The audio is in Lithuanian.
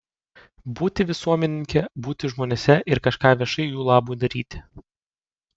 būti visuomenininke būti žmonėse ir kažką viešai jų labui daryti